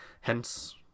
hence